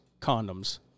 condoms